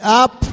up